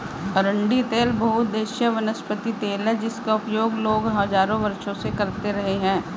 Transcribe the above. अरंडी तेल बहुउद्देशीय वनस्पति तेल है जिसका उपयोग लोग हजारों वर्षों से करते रहे हैं